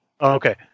okay